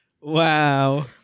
Wow